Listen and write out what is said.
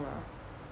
ah